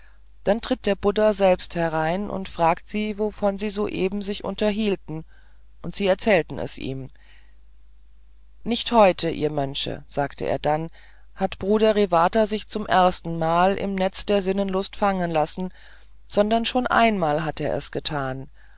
dann tritt der buddha selber herein und fragt sie wovon sie sich soeben unterhielten und sie erzählen es ihm nicht heute ihr mönche sagt er dann hat bruder revata sich zum erstenmal im netze der sinnenlust fangen lassen sondern schon einmal hat er das getan